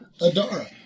Adara